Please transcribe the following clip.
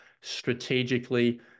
strategically